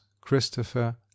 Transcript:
Christopher